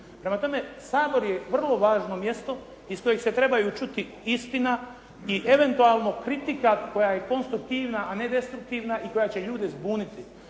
Prema tome, Sabor je vrlo važno mjesto iz kojeg se trebaju čuti istina i eventualno kritika koja je konstruktivna, a ne destruktivna i koja će ljude zbuniti.